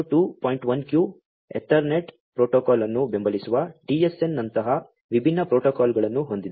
1Q Ethernet protocol ಅನ್ನು ಬೆಂಬಲಿಸುವ TSN ನಂತಹ ವಿಭಿನ್ನ ಪ್ರೋಟೋಕಾಲ್ಗಳನ್ನು ಹೊಂದಿದೆ